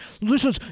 listen